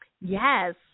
yes